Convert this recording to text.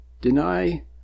Deny